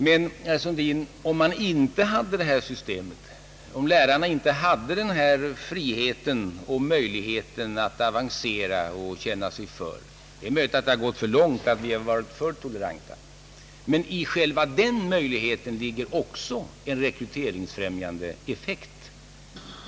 Men, herr Sundin, hur skulle det vara om man inte hade detta system för lärarna, så att de inte hade denna frihet att avancera och känna sig för? Det är möjligt att vi varit för toleranta och låtit det hela gå för långt, men i själva denna möjlighet ligger också en rekryteringsfrämjande effekt.